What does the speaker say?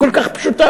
כל כך פשוטה,